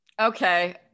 Okay